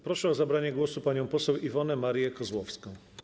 Proszę o zabranie głosu panią poseł Iwonę Marię Kozłowską.